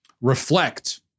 Reflect